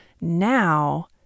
now